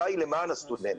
למען הסטודנטים.